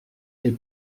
est